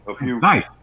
nice